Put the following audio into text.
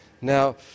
Now